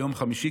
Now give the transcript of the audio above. ביום חמישי,